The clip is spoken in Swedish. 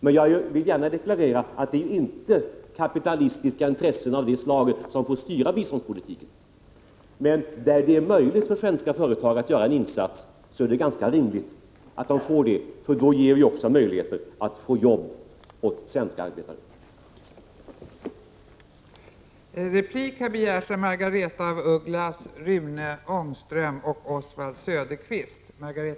Men jag vill gärna deklarera att kapitalistiska intressen av det slaget inte får styra biståndspolitiken. Där det är möjligt för svenska företag att göra en insats är det dock rimligt att de också får medverka. Då ger vi även svenska arbetare en chans att få jobb.